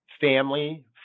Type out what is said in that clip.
family